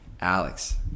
Alex